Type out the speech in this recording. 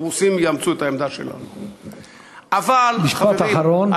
הרוסים יאמצו את העמדה שלהם, משפט אחרון.